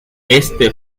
éste